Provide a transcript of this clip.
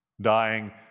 Dying